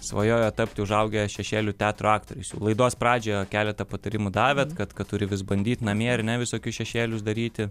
svajoja tapti užaugę šešėlių teatro aktoriais jau laidos pradžioje keletą patarimų davėt kad kad turi vis bandyt namie ar ne visokius šešėlius daryti